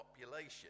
population